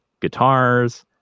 guitars